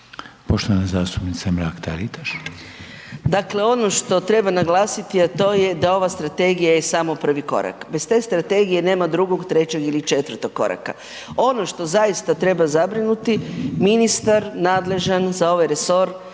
Poštovana zastupnica Mrak Taritaš.